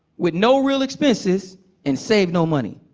with no real expenses and save no money.